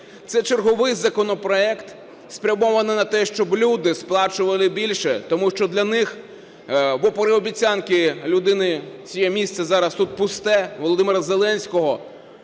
Це черговий законопроект спрямований на те, щоб люди сплачували більше, тому що для них, попри обіцянки людини цієї, чиє місце зараз тут пусте, Володимира Зеленського,